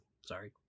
Sorry